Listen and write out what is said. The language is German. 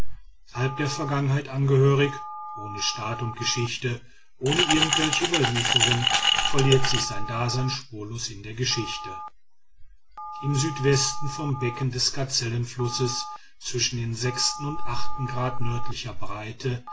der vergangenheit angehörig ohne staat und geschichte ohne irgendwelche überlieferung verliert sich sein dasein spurlos in der geschichte im südwesten vom becken des gazellenflusses zwischen dem und grad nördlicher breite